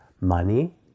money